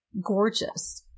gorgeous